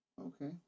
Okay